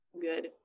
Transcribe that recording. good